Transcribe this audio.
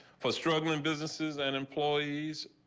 for struggling businesses and employees.